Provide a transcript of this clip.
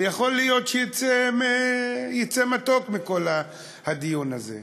ויכול להיות שיצא מתוק מכל הדיון הזה,